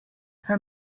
her